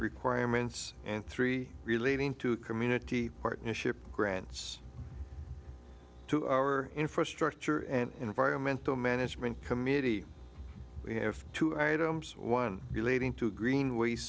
requirements and three relating to community partnership grants to our infrastructure and environmental management committee we have two items one relating to greenwa